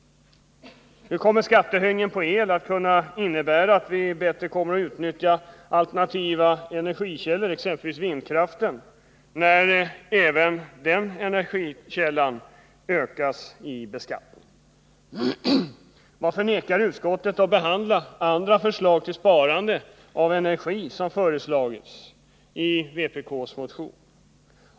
Hur kommer skattehöjningen på el att kunna innebära att vi bättre kan utnyttja alternativa energikällor, exempelvis vindkraften, när även den energikällan beskattas mera? Varför vägrar utskottet att behandla andra förslag till sparande av energi, som föreslagits i vpk:s motion?